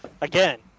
again